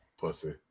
Pussy